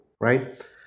right